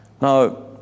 Now